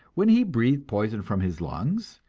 when he breathed poison from his lungs,